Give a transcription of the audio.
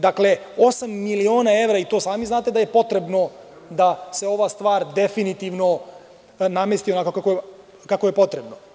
Dakle, osam miliona evra, i to sami znate da je potrebno da se ova stvar definitivno namesti onako kako je potrebno.